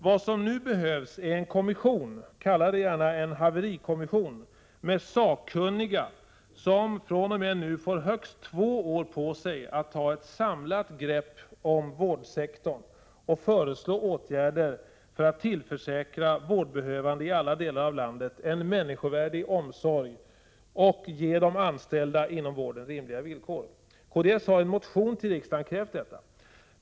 Vad som nu behövs är en kommission — kalla den gärna en haverikommission — med sakkunniga som fr.o.m. nu får högst två år på sig att ta ett samlat grepp om vårdsektorn och föreslå åtgärder för att tillförsäkra vårdbehövande i alla delar av landet en människovärdig omsorg och ge de anställda inom vården rimliga villkor. Kds har i en motion till riksdagen krävt detta.